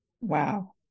Wow